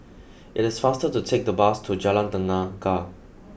it is faster to take the bus to Jalan Tenaga